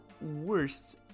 worst